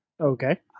Okay